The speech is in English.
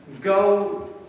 go